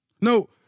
No